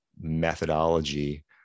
methodology